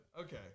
Okay